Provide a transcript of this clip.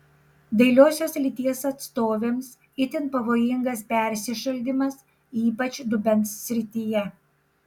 dailiosios lyties atstovėms itin pavojingas persišaldymas ypač dubens srityje